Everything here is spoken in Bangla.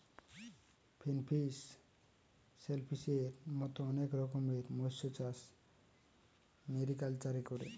ফিনফিশ, শেলফিসের মত অনেক রকমের মৎস্যচাষ মেরিকালচারে করে